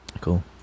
Cool